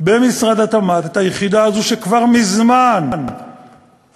במשרד התמ"ת את היחידה הזו שכבר מזמן הייתה